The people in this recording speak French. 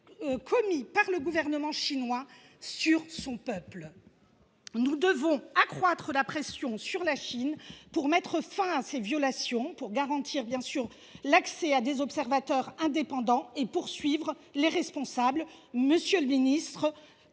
commet le gouvernement chinois sur son peuple. Nous devons accroître la pression sur la Chine pour mettre fin à ces violations, pour garantir l’accès à des observateurs indépendants et pour poursuivre les responsables. Comment le